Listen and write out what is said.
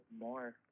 more